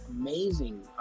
amazing